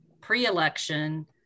pre-election